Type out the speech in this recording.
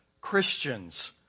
Christians